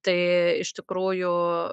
tai iš tikrųjų